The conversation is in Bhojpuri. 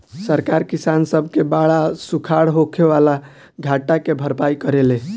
सरकार किसान सब के बाढ़ आ सुखाड़ से होखे वाला घाटा के भरपाई करेले